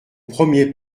premier